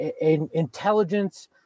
intelligence